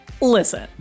Listen